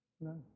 No